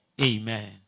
Amen